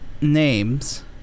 Names